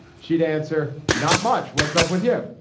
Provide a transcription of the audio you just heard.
she'd answer not much. what's up with you.